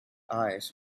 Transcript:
eyes